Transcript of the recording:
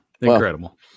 Incredible